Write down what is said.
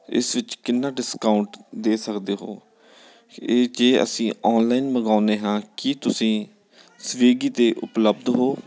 ਇਸ ਵਿੱਚ ਕਿੰਨਾ ਡਿਸਕਾਊਂਟ ਦੇ ਸਕਦੇ ਹੋ ਇਹ ਜੇ ਅਸੀਂ ਔਨਲਾਈਨ ਮੰਗਵਾਉਂਦੇ ਹਾਂ ਕੀ ਤੁਸੀਂ ਸਵੀਗੀ 'ਤੇ ਉਪਲੱਬਧ ਹੋ